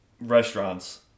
restaurants